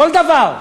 כל דבר שנעשה,